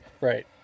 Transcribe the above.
Right